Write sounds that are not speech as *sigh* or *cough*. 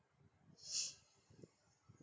*noise*